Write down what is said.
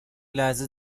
لحظه